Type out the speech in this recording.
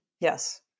Yes